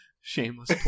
Shameless